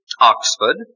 Oxford